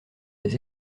des